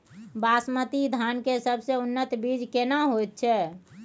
बासमती धान के सबसे उन्नत बीज केना होयत छै?